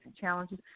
challenges